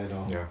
ya